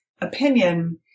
opinion